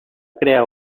crear